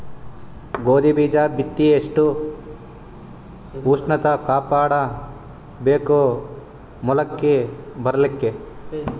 ಗೋಧಿ ಬೀಜ ಬಿತ್ತಿ ಎಷ್ಟ ಉಷ್ಣತ ಕಾಪಾಡ ಬೇಕು ಮೊಲಕಿ ಬರಲಿಕ್ಕೆ?